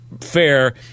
fair